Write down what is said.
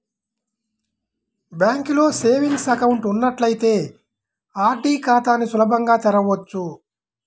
బ్యాంకులో savings account ఉన్నట్లయితే RD ఖాతాని సులభంగా తెరవచ్చు